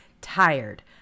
tired